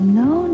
no